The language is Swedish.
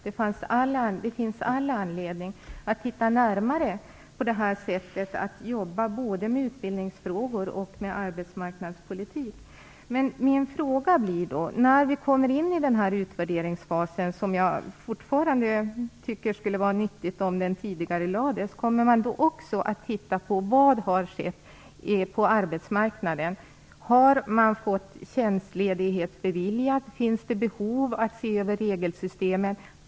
Det finns all anledning att titta närmare på detta sätt att jobba både med utbildningsfrågor och med arbetsmarknadspolitik. Jag tycker fortfarande att det skulle vara nyttigt om utvärderingsfasen tidigarelades. Kommer man också att titta på vad som har skett på arbetsmarknaden när man kommer in i den fasen? Har de som deltar i utbildningen fått tjänstledighet beviljad? Finns det behov av att se över regelsystemen?